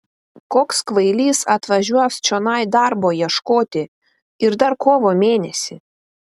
koks kvailys atvažiuos čionai darbo ieškoti ir dar kovo mėnesį